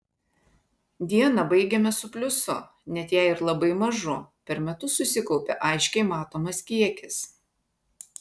dieną baigiame su pliusu net jei ir labai mažu per metus susikaupia aiškiai matomas kiekis